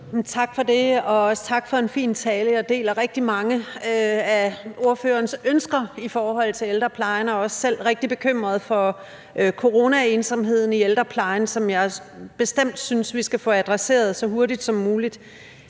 Tak for det. Og også tak for en fin tale. Jeg deler rigtig mange af ordførerens ønsker i forhold til ældreplejen og er også selv rigtig bekymret for coronaensomheden i ældreplejen, som jeg bestemt synes vi skal få adresseret så hurtigt som muligt.